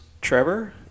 Trevor